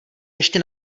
ještě